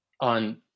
On